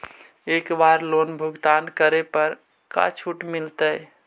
एक बार लोन भुगतान करे पर का छुट मिल तइ?